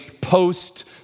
post-